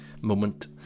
moment